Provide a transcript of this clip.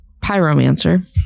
Pyromancer